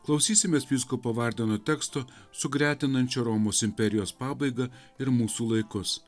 klausysimės vyskupo vardeno teksto sugretinančio romos imperijos pabaigą ir mūsų laikus